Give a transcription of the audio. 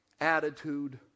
attitude